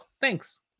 thanks